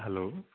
hello